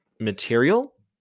Material